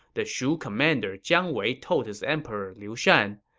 the shu commander jiang wei told his emperor liu shan,